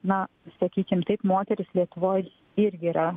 na sakykim taip moterys lietuvoj irgi yra